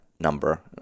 number